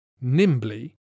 nimbly